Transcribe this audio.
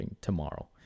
tomorrow